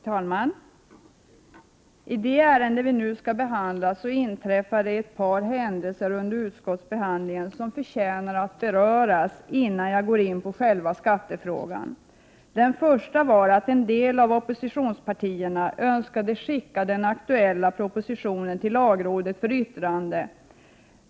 Herr talman! I det ärende vi nu skall behandla inträffade ett par händelser under utskottsbehandlingen som förtjänar att beröras innan jag går in på själva skattefrågan. Den första händelsen var att en del av oppositionspartierna önskade skicka den aktuella propositionen till lagrådet för yttrande.